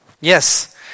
Yes